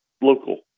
local